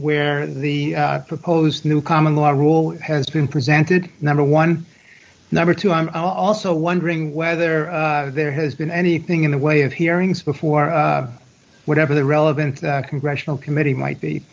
where the proposed new common law rule has been presented number one number two i'm also wondering whether there has been anything in the way of hearings before whatever the relevant congressional committee might be